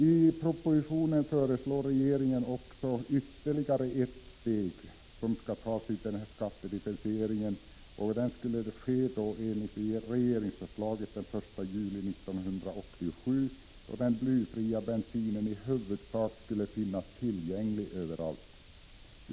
I propositionen föreslår regeringen också att ytterligare ett steg tas i skattedifferentieringen den 1 juli 1987, då den blyfria bensinen i huvudsak skall finnas tillgänglig överallt.